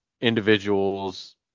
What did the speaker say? Individuals